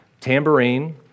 tambourine